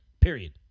Period